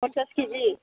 पन्सास के जि